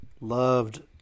Loved